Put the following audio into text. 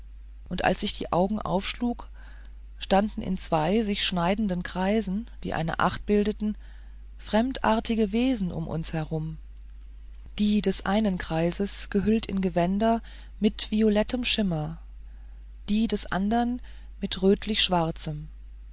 und als ich die augen aufschlug standen in zwei sich schneidenden kreisen die einen achter bildeten fremdartige wesen um uns herum die des einen kreises gehüllt in gewänder mit violettem schimmer die des anderen mit rötlich schwarzem